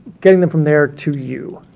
getting them from there to you,